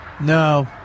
No